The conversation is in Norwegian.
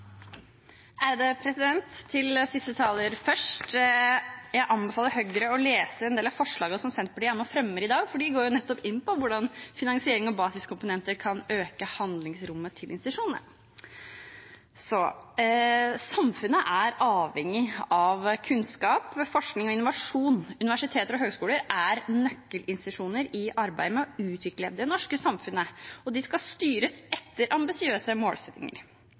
først: Jeg anbefaler Høyre å lese en del av forslagene som Senterpartiet er med på å fremme i dag, for de går nettopp inn på hvordan finansiering av basiskomponenter kan øke handlingsrommet til institusjonene. Samfunnet er avhengig av kunnskap, forskning og innovasjon. Universiteter og høyskoler er nøkkelinstitusjoner i arbeidet med å utvikle det norske samfunnet, og de skal styres etter ambisiøse målsettinger.